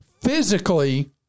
physically